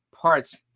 parts